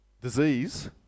disease